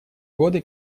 годы